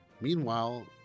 Meanwhile